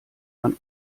man